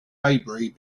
maybury